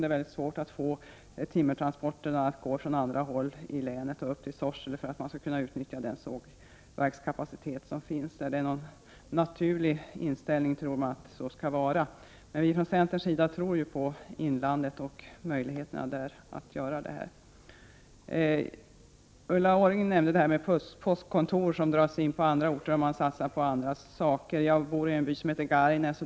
Det är svårt att få timmertransporterna att gå från andra hållet i länet mot Sorsele för att man skall kunna utnyttja den sågverkskapacitet som finns där. Det är någon naturlig inställning som säger att det skall vara så. Men vi från centerns sida tror på inlandet och möjligheterna där. Ulla Orring nämnde postkontor som dras in på andra orter och man satsar på annat där i stället. Jag bor i en by som heter Gargnäs.